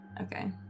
Okay